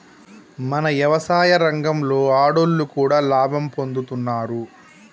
మన యవసాయ రంగంలో ఆడోళ్లు కూడా లాభం పొందుతున్నారు